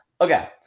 okay